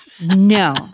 No